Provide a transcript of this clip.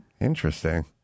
Interesting